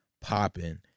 popping